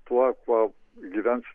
tuo kuo gyvens